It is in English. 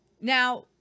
Now